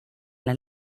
las